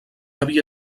havia